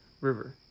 river